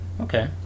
okay